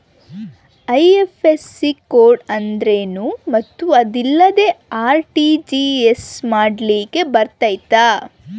IFSC code ಅಂದ್ರೇನು ಮತ್ತು ಅದಿಲ್ಲದೆ ಆರ್.ಟಿ.ಜಿ.ಎಸ್ ಮಾಡ್ಲಿಕ್ಕೆ ಬರ್ತೈತಾ?